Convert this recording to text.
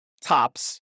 tops